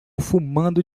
fumando